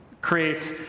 creates